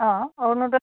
অঁ অৰুণোদয়